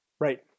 Right